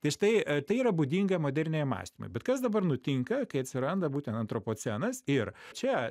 tai štai tai yra būdinga moderniajam mąstymai bet kas dabar nutinka kai atsiranda būtent antropocenas ir čia